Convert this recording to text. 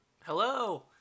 hello